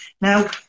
now